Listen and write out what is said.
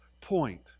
point